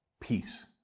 peace